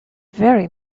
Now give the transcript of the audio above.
very